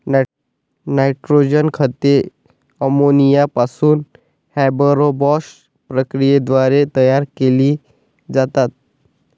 nitrogen खते ammonia पासून Haber Bosch प्रक्रियेद्वारे तयार केली जातात